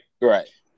Right